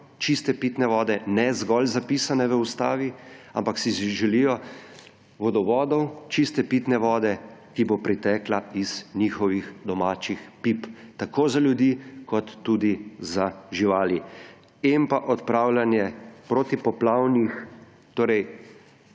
čiste pitne vode, ne zgolj zapisane v Ustavi, ampak si želijo vodovodov, čiste pitne vode, ki bo pritekla iz njihovih domačih pip, tako za ljudi kot tudi za živali. In upravljanje s protipoplavno